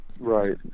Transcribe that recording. Right